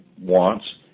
wants